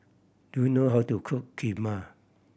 do you know how to cook Kheema